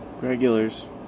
regulars